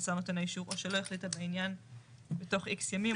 השר נותן האישור או שלא החליטה בעניין בתוך X ימים.